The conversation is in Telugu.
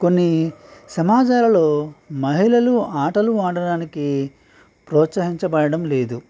కొన్ని సమాజాలలో మహిళలు ఆటలు ఆడడానికి ప్రోత్సహించబడడం లేదు